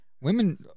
women